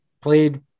played